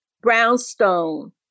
brownstone